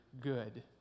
good